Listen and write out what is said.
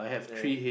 there